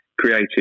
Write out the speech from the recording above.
creative